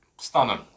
Stunning